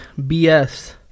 BS